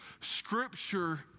Scripture